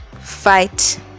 fight